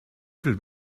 viel